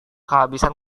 kehabisan